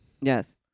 Yes